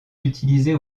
utilisée